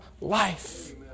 life